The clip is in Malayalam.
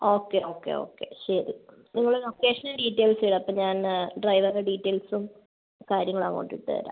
ഓക്കെ ഓക്കെ ഓക്കെ ശരി നിങ്ങള് ലൊക്കേഷനും ഡീറ്റെയിൽസും ഇട് അപ്പം ഞാൻ ഡ്രൈവറുടെ ഡീറ്റെയിൽസും കാര്യങ്ങൾ അങ്ങോട്ടിട്ട് തരാം